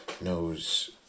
knows